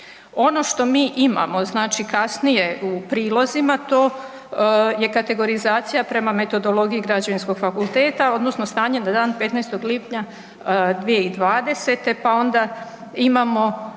Ono što mi imamo znači kasnije u prilozima, to je kategorizacija prema metodologiji Građevinskog fakulteta odnosno stanje na dan 15. lipnja 2020. pa onda imamo